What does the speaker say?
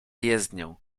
jezdnię